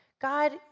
God